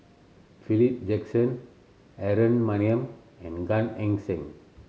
Philip Jackson Aaron Maniam and Gan Eng Seng